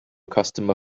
customer